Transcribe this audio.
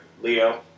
Leo